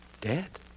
Dead